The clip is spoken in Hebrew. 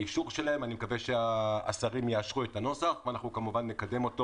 אני מקווה שהשרים יאשרו את הנוסח ונקדם אותו